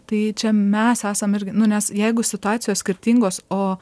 tai čia mes esam irgi nu nes jeigu situacijos skirtingos o